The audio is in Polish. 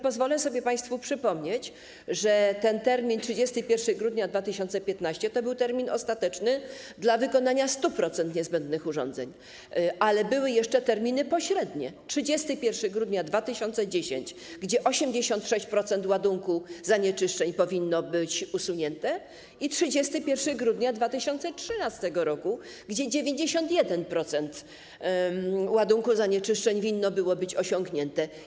Pozwolę sobie państwu przypomnieć, że ten termin 31 grudnia 2015 r. to był termin ostateczny do wykonania 100% niezbędnych urządzeń, ale były jeszcze terminy pośrednie: 31 grudnia 2010 r., gdy 86% ładunku zanieczyszczeń powinno być usunięte, i 31 grudnia 2013 r., gdy 91% ładunku zanieczyszczeń winno być usunięte.